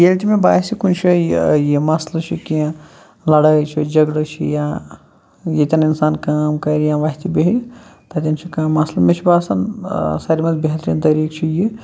یِیٚلہِ تہِ مےٚ باسہِ کُنہِ شایہِ یہِ یہِ مسلہٕ چھُ کیٚنٛہہ لڑٲے چھِ جگڑٕ چھِ یا ییٚتٮ۪ن اِنسان کٲم کَرِ یا وَتھِ بیٚہہِ تَتٮ۪ن چھُ کانٛہہ مسلہٕ مےٚ چھُ باسان سارِوِٕے بہتریٖن چھُ یہِ